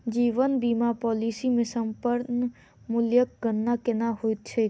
जीवन बीमा पॉलिसी मे समर्पण मूल्यक गणना केना होइत छैक?